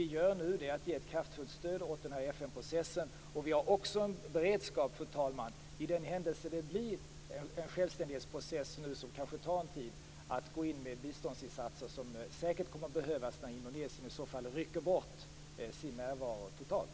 Nu ger vi ett kraftfullt stöd åt FN I den händelse det blir en självständighetsprocess som kanske tar tid har vi beredskap att gå in med biståndsinsatser som säkert kommer att behövas när Indonesien i så fall drar bort sin närvaro totalt.